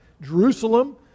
Jerusalem